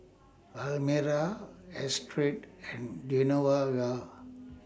Almyra Astrid and Genoveva